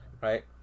right